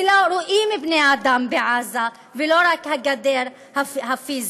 שלא רואים בני אדם בעזה, ולא רק הגדר הפיזית.